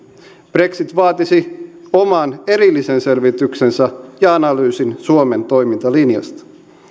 brexit vaatisi oman erillisen selvityksensä ja analyysin suomen toimintalinjasta